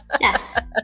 Yes